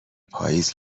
پاییز